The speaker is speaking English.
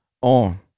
on